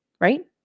Right